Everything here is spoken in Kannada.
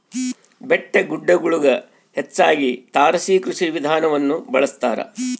ಬೆಟ್ಟಗುಡ್ಡಗುಳಗ ಹೆಚ್ಚಾಗಿ ತಾರಸಿ ಕೃಷಿ ವಿಧಾನವನ್ನ ಬಳಸತಾರ